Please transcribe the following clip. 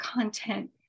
content